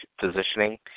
positioning